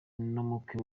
n’umukwe